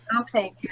Okay